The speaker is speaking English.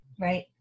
Right